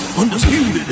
undisputed